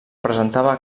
presentava